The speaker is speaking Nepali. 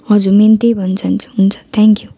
हजुर मेन त्यही भन्न चाहन्छु हुन्छ थ्याङ्क यु